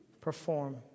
perform